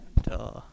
Duh